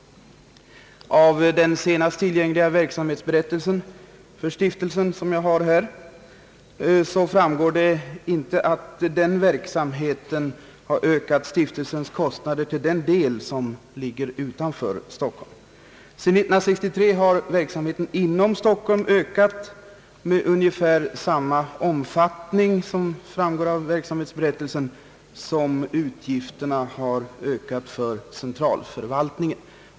Av den senaste, tillgängliga verksamhetsberättelsen för stiftelsen, som jag har här, framgår inte att denna verksamhet har ökat stiftelsens kostnader för den del som ligger utanför Stockholm. Sedan 1963 har verksamheten inom Stockholm — som framgår av verksamhetsberättelsen — ökat i takt med att utgifterna har ökat för centralförvaltningen.